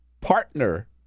partner